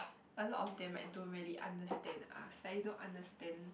a lot of them like don't really understand us like they don't understand